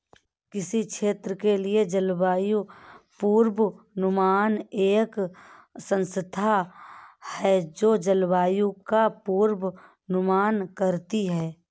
किसी क्षेत्र के लिए जलवायु पूर्वानुमान एक संस्था है जो जलवायु का पूर्वानुमान करती है